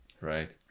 Right